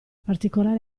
particolare